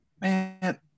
man